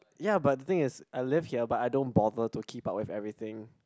ya but the thing is I live here but I don't bother to keep up with everything